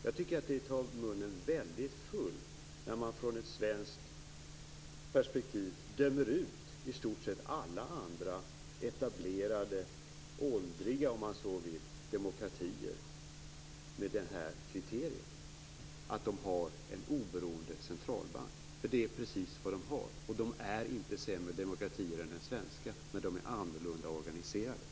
Jag tycker att det är att ta munnen väldigt full när man från ett svenskt perspektiv dömer ut i stort sett alla andra etablerade - åldriga om man så vill - demokratier med det här kriteriet; att de har en oberoende centralbank. För det är precis vad de har. De är inte sämre demokratier än de svenska. Men de är annorlunda organiserade.